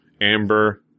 Amber